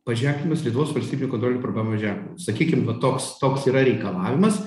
paženklintas lietuvos valstybiniu kontroliniu prabavimo ženklu sakykim va toks toks yra reikalavimas